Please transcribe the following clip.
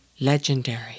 legendary